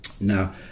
Now